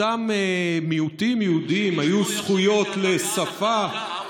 לאותם מיעוטים יהודים היו זכויות לשפה, האוזר.